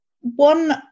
one